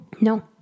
No